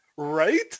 right